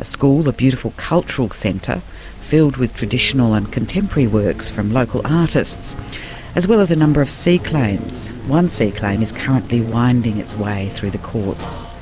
a school, a beautiful cultural centre filled with traditional and contemporary works from local artists as well as a number of sea claims. one sea claim is currently winding its way through the courts.